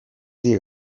dira